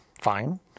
fine